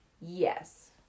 Yes